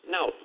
Now